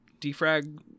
defrag